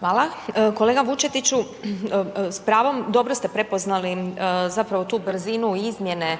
Hvala. Kolega Vučetiću, s pravom, dobro ste prepoznali zapravo tu brzinu izmjene